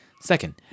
Second